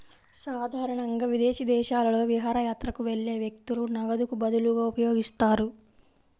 సాధారణంగా విదేశీ దేశాలలో విహారయాత్రకు వెళ్లే వ్యక్తులు నగదుకు బదులుగా ఉపయోగిస్తారు